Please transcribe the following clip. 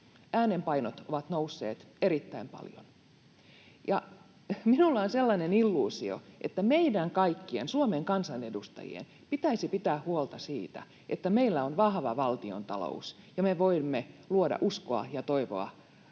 Äänenpainot ovat nousseet erittäin paljon, ja minulla on sellainen illuusio, että meidän kaikkien Suomen kansanedustajien pitäisi pitää huolta siitä, että meillä on vahva valtiontalous ja me voimme luoda uskoa ja toivoa